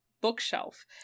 bookshelf